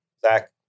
Zach